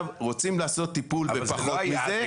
רוצים לעשות טיפול בפחות מזה --- אבל זה לא היה,